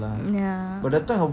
ya